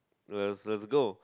lesus go